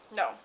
no